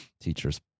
Teacher's